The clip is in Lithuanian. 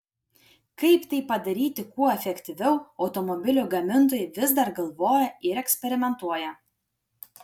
kaip tai padaryti kuo efektyviau automobilių gamintojai vis dar galvoja ir eksperimentuoja